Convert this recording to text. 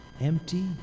empty